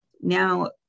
now